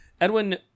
Edwin